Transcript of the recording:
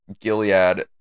Gilead